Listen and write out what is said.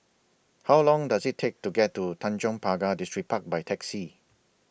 How Long Does IT Take to get to Tanjong Pagar Distripark By Taxi